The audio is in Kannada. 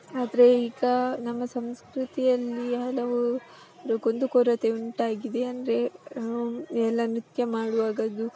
ಆದರೆ ಈಗ ನಮ್ಮ ಸಂಸ್ಕೃತಿಯಲ್ಲಿ ಹಲವು ರು ಕುಂದುಕೊರತೆ ಉಂಟಾಗಿದೆ ಅಂದರೆ ಎಲ್ಲ ನೃತ್ಯ ಮಾಡುವಾಗದು